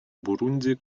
бурунди